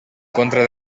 contra